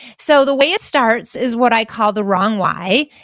so the way it starts is what i call the wrong why,